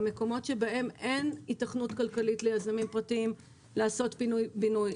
במקומות שבהם אין היתכנות כלכלית ליזמים פרטיים לעשות פינוי-בינוי.